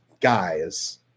guys